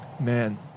Man